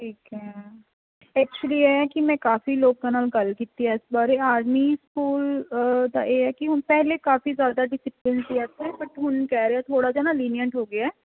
ਠੀਕ ਹੈ ਐਚੁਲੀ ਇਹ ਹੈ ਕੀ ਮੈਂ ਕਾਫ਼ੀ ਲੋਕਾਂ ਨਾਲ ਗੱਲ ਕੀਤੀ ਹੈ ਇਸ ਬਾਰੇ ਆਰਮੀ ਸਕੂਲ ਦਾ ਇਹ ਹੈ ਹੁਣ ਕਿ ਪਹਿਲੇ ਕਾਫ਼ੀ ਜ਼ਿਆਦਾ ਡਸਿਪਲਨ ਸੀ ਐਥੇ ਬੱਟ ਹੁਣ ਕਹਿ ਰਹੇ ਹੈ ਥੋੜ੍ਹਾ ਜਿਹਾ ਨਾ ਲਿਨੀਐਂਟ ਹੋ ਗਿਆ